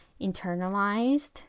internalized